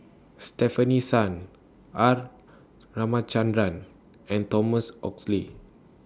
Stefanie Sun R Ramachandran and Thomas Oxley